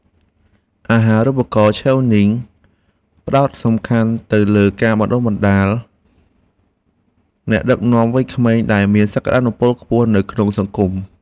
អាហារូបករណ៍ឆេវនីងផ្តោតសំខាន់ទៅលើការបណ្តុះបណ្តាលអ្នកដឹកនាំវ័យក្មេងដែលមានសក្តានុពលខ្ពស់នៅក្នុងសង្គម។